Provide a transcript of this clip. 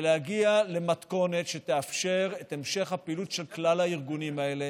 ולהגיע למתכונת שתאפשר את המשך הפעילות של כלל הארגונים האלה.